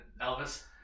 Elvis